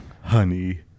Honey